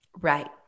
Right